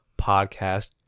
podcast